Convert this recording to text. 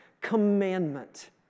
commandment